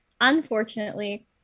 unfortunately